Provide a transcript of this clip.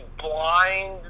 blind